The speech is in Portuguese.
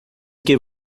que